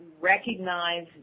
recognize